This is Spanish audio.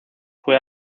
fue